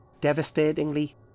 Devastatingly